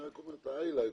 אני רק אומר את ה"היילייטס".